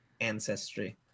ancestry